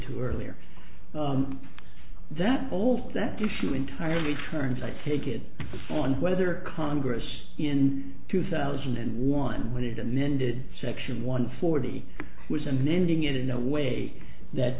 to earlier that hold that issue entirely turns i take it on whether congress in two thousand and one when it and then did section one forty was an ending it in a way that